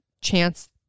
chance